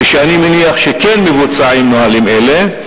ואני מניח שכן מבוצעים הנהלים האלה,